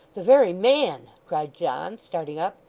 the very man cried john, starting up.